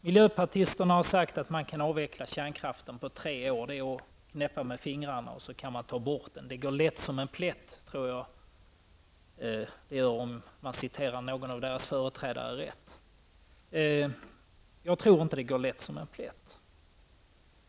Miljöpartisterna har sagt att man kan avveckla kärnkraften på tre år. Det är bara att knäppa med fingrarna och ta bort den. Det går lätt som en plätt, om jag citerar någon av deras företrädare rätt. Jag tror inte att det går lätt som en plätt.